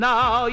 Now